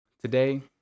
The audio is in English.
Today